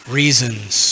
reasons